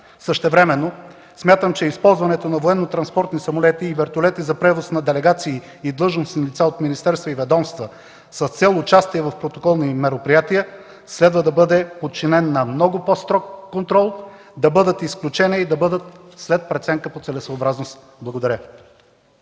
Същевременно смятам, че използването на военнотранспортни самолети и вертолети за превоз на делегации и длъжностни лица от министерства и ведомства с цел участие в протоколни мероприятия следва да бъде подчинено на много по-строг контрол, да бъдат изключения и да бъдат след преценка по целесъобразност. Благодаря.